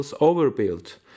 overbuilt